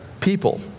people